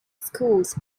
schools